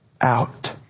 out